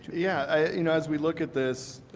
yeah you know as we look at this,